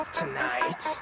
tonight